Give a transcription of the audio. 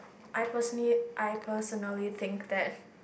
I personally I personally think that